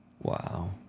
Wow